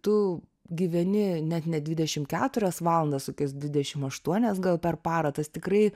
tu gyveni net ne dvidešim keturias valandas kokias dvidešim aštuonias gal per parą tas tikrai